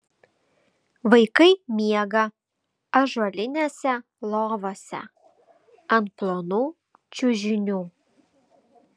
vaikai miega ąžuolinėse lovose ant plonų čiužinių